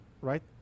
right